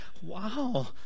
wow